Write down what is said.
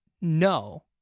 No